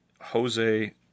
Jose